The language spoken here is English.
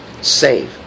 save